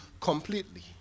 completely